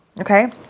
okay